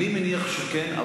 אני מניח שכן.